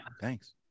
Thanks